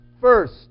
first